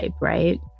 right